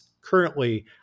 Currently